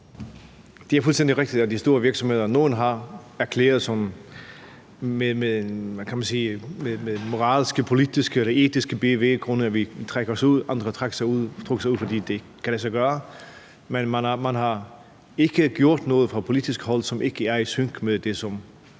Det er fuldstændig rigtigt, at nogle af de store virksomheder har erklæret, at de af moralske, politiske eller etiske bevæggrunde vil trække sig ud; andre har trukket sig ud, fordi det ikke kan lade sig gøre. Men man har ikke gjort noget fra politisk hold, som ikke er i sync med det, som